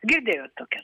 girdėjot tokią